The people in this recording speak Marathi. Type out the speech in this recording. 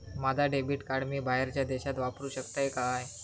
माझा डेबिट कार्ड मी बाहेरच्या देशात वापरू शकतय काय?